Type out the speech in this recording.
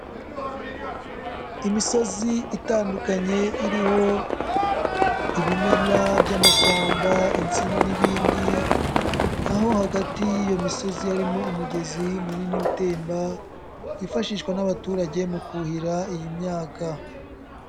Imisozi itandukanye iriho ibimera by'amashyamba, insina n'ibindi, aho hagati y'iyo misozi harimo umugezi munini utemba wifashishwa n'abaturage mu kuhira iyi myaka.